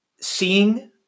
seeing